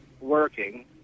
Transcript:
working